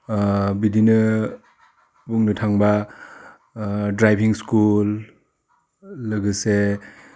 बिदिनो बुंनो थांबा ड्राइभिं स्कुल लोगोसे